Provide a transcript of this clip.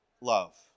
Love